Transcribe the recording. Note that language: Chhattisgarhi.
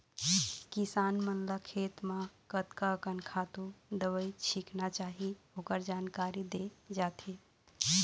किसान मन ल खेत म कतका अकन खातू, दवई छिचना चाही ओखर जानकारी दे जाथे